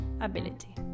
ability